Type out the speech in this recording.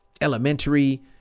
elementary